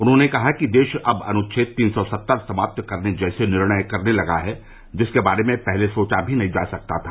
उन्होंने कहा कि देश अब अनुछेद तीन सौ सत्तर समाप्त करने जैसे निर्णय करने लगा है जिनके बारे में पहले सोचा भी नहीं जा सकता था